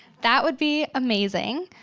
that would be amazing.